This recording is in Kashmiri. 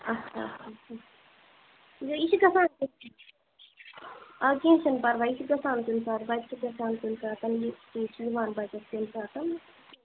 اچھا اچھا یہِ چھُ گژھان اَدٕ کینٛہہ چھُنہٕ پرواے یہِ چھُ گژھان کُنہِ بچہٕ چھُ گژھان کُنہِ ساتہٕ یہِ چھُ یِوان بچس کُنہِ ساتہٕ